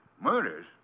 Murders